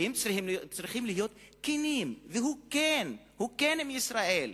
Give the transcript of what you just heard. הוא כן עם ישראל.